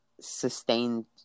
sustained –